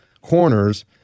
corners